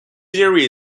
theory